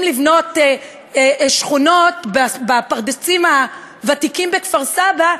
לבנות שכונות בפרדסים הוותיקים בכפר-סבא,